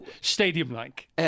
Stadium-like